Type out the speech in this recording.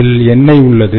அதில் எண்ணெய் உள்ளது